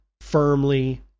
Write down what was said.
firmly